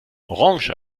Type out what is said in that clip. orange